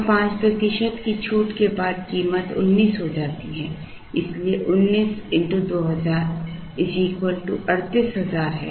और 5 प्रतिशत की छूट के बाद कीमत 19 हो जाती है इसलिए 19 x 2000 38000 है